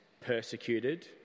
persecuted